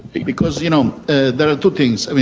because you know ah there are two things,